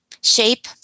shape